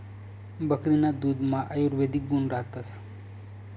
बकरीना दुधमा आयुर्वेदिक गुण रातस